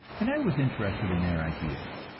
and i was interested in their ideas.